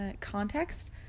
context